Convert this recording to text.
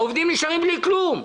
העובדים נשארים בלי כלום.